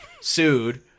sued